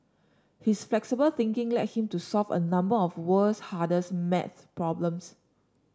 his flexible thinking led him to solve a number of the world's hardest maths problems